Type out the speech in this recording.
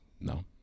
No